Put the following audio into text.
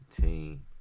team